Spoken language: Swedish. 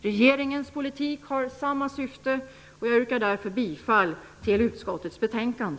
Regeringens politik har samma syfte. Jag yrkar därför bifall till hemställan i finansutskottets betänkande.